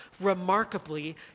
remarkably